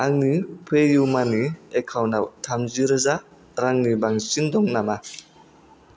आंनि पेइउमानि एकाउन्टाव थामजि रोजा रांनि बांसिन दं नामा